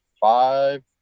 five